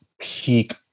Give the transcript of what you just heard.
peak